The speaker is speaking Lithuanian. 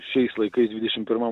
šiais laikais dvidešim pirmam